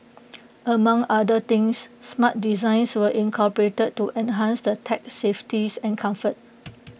among other things smart designs were incorporated to enhance the tug's safeties and comfort